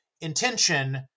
intention